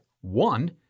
One